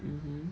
mmhmm